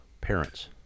parents